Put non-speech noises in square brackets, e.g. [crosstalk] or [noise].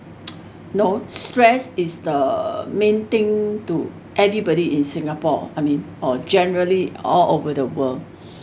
[noise] know stress is the main thing to anybody in singapore I mean or generally all over the world